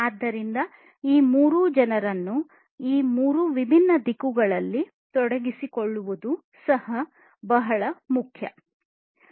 ಆದ್ದರಿಂದ ಈ ಮೂರು ಜನರನ್ನು ಈ ಮೂರು ವಿಭಿನ್ನ ದಿಕ್ಕುಗಳಲ್ಲಿ ತೊಡಗಿಸಿಕೊಳ್ಳುವುದು ಸಹ ಬಹಳ ಮುಖ್ಯವಾಗಿದೆ